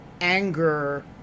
anger